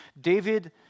David